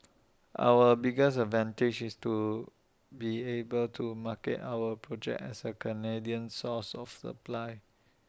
our biggest advantage is to be able to market our project as A Canadian source of supply